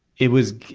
it was